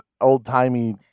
old-timey